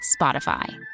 Spotify